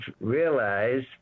realize